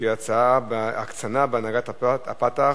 שהיא הצעה בנושא: ההקצנה בהנהגת ה"פתח"